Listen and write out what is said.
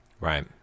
right